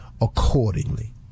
accordingly